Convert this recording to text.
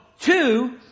two